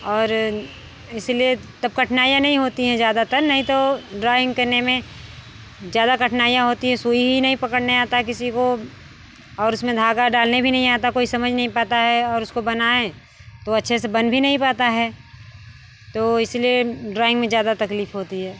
और इसलिए तब कठिनाइयाँ नहीं होती हैं ज़्यादातर नहीं तो ड्राॅइंग करने में ज़्यादा कठिनाइयाँ होती हैं सुई ही नहीं पकड़ता आता किसी को और उसमें धागा डालने भी नहीं आता कोई समझ नहीं पता है और उसको बनाएँ तो अच्छे से बन भी नहीं पता है तो इसलिए ड्राॅइंग में ज़्यादा तकलीफ होती है